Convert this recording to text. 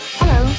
hello